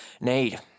need